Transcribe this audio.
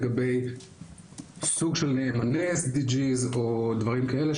לגבי סוג של נאמני SDG או דברים כאלה,